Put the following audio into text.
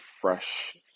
fresh